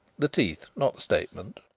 the teeth not the statement.